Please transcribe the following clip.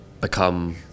become